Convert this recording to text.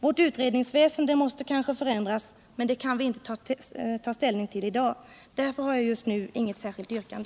Vårt utredningsväsende måste kanske förändras, men det kan vi inte ta ställning till i dag. Därför har jag just nu inget särskilt yrkande.